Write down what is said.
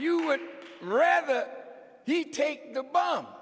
you would rather he take the bomb